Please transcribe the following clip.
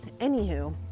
anywho